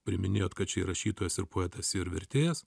priiminėjot kad čia ir rašytojas ir poetas ir vertėjas